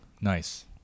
nice